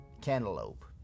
Cantaloupe